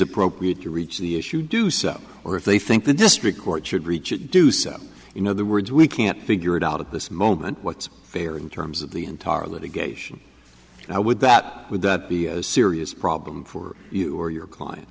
appropriate to reach the issue do so or if they think the district court should reach it do so in other words we can't figure it out at this moment what's fair in terms of the entire litigation i would that would that be a serious problem for you or your client